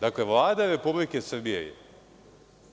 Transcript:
Dakle, Vlada Republike Srbije